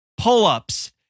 pull-ups